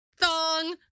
Thong